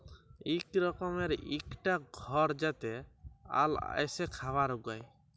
ইক রকমের ইকটা ঘর যাতে আল এসে খাবার উগায়